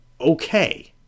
okay